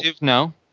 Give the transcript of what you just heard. No